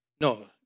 No